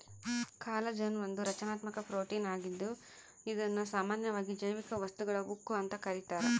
collagen ಒಂದು ರಚನಾತ್ಮಕ protein ಆಗಿದ್ದು ಇದುನ್ನ ಸಾಮಾನ್ಯವಾಗಿ ಜೈವಿಕ ವಸ್ತುಗಳ ಉಕ್ಕು ಅಂತ ಕರೀತಾರ